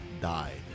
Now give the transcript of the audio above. died